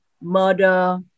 murder